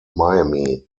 miami